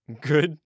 good